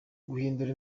guhindura